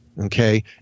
Okay